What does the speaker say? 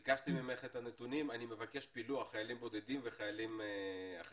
ביקשתי ממך את הנתונים ואני מבקש פילוח של חיילים בודדים וחיילים אחרים.